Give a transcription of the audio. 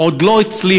עוד לא הצליחו,